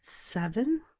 seven